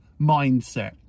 mindset